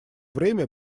время